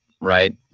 right